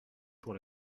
pour